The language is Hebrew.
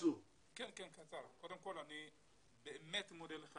קודם כל אני באמת מודה לך,